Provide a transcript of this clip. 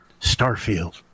Starfield